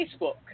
Facebook